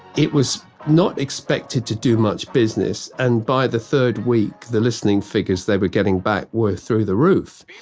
it was not expected to do much business. and by the third week the listening figures they were getting back were through the roof.